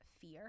fear